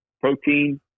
protein